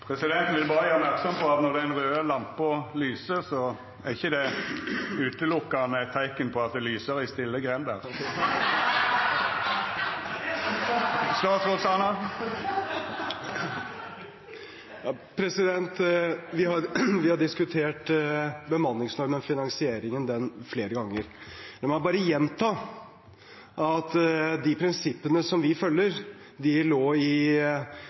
Presidenten vil berre gjera merksam på at når den raude lampa lyser, er ikkje det eine og åleine eit teikn på at «det lyser i stille grender». Vi har diskutert bemanningsnormen og finansieringen av den flere ganger. La meg bare gjenta at de prinsippene som vi følger, lå i barnehagemeldingen i 2012. Det var de prinsippene Stoltenberg-regjeringen la ned i